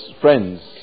friends